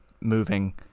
moving